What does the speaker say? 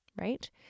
right